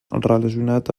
relacionats